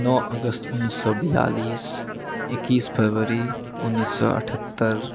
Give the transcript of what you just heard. नओ अगस्त उन्नैस सए बेआलिस एकैस फरवरी उन्नैस सए अठहत्तर